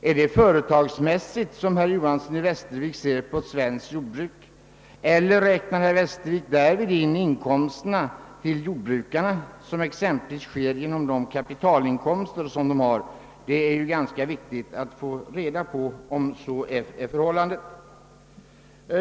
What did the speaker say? Ser herr Johanson i Västervik då företagsmässigt på det svenska jordbruket, eller räknar han in exempelvis jordbrukarnas kapitalinkomster? Det är ganska viktigt att få reda på om så är förhållandet.